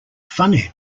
funny